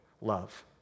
love